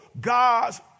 God's